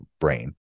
brain